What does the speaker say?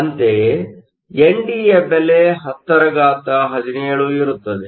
ಅಂತೆಯೇ ND ಯ ಬೆಲೆ 1017 ಇರುತ್ತದೆ